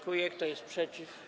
Kto jest przeciw?